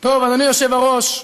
אדוני היושב-ראש,